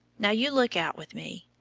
now, you look out with me.